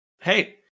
Hey